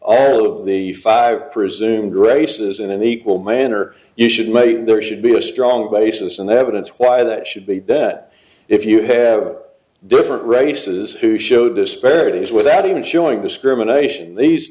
all of the five presumed graces in an equal manner you should maybe there should be a strong basis and evidence why that should be that if you have different races who showed this parities without even showing discrimination these